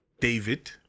David